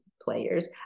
players